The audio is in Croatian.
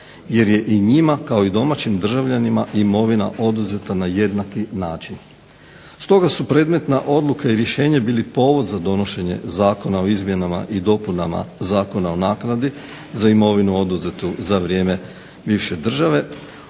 jer je i njima kao i domaćim državljanima imovina oduzeta na jednaki način. Stoga su predmetna odluka i rješenje bili povodom za donošenje Zakona o izmjenama i dopunama Zakona o naknadi za imovinu oduzetu za vrijeme bivše države